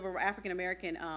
African-American